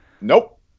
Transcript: Nope